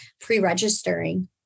pre-registering